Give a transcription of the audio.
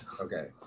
Okay